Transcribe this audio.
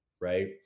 right